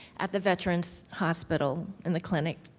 at the veterans hospital in the clinic.